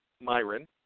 Myron